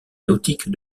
nautique